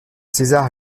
césar